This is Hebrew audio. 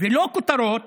ולא כותרות